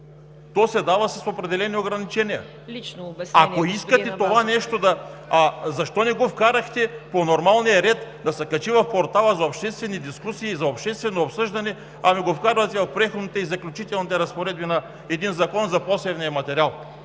господин Абазов. БЮРХАН АБАЗОВ: Ако искате това нещо, защо не го вкарахте по нормалния ред да се качи в портала за обществени дискусии и за обществено обсъждане, ами го вкарвате в Преходните и заключителни разпоредби на един закон за посевния материал?